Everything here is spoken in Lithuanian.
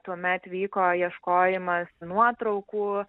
tuomet vyko ieškojimas nuotraukų